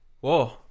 whoa